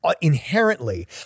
inherently